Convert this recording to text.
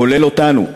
כולל אותנו,